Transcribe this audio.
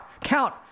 count